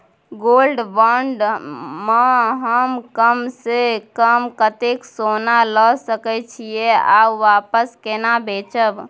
Gold bond म हम कम स कम कत्ते सोना ल सके छिए आ वापस केना बेचब?